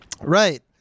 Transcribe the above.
right